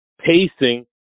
pacing